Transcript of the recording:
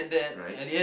right